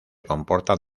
comportan